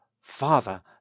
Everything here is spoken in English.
Father